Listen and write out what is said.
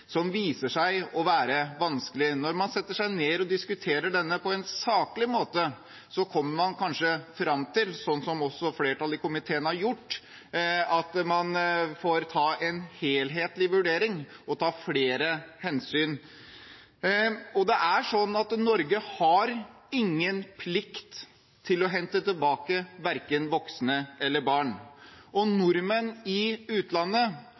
som viser seg å være vanskelig. Når man setter seg ned og diskuterer den på en saklig måte, kommer man kanskje fram til – slik også flertallet i komiteen har gjort – at man får ta en helhetlig vurdering og ta flere hensyn. Norge har ingen plikt til å hente tilbake verken voksne eller barn. Nordmenn i utlandet